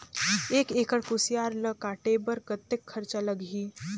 एक एकड़ कुसियार ल काटे बर कतेक खरचा लगही?